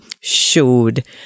showed